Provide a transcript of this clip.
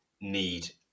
need